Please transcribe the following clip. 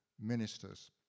ministers